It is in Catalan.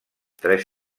tres